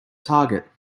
target